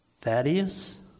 Thaddeus